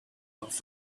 off